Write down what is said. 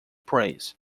praise